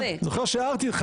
אני זוכר שהערתי לך.